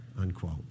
unquote